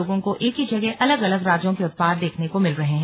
लोगों को एक ही जगह अलग अलग राज्यों के उत्पाद देखने को मिल रहे हैं